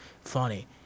Funny